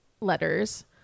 letters